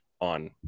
on